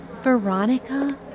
Veronica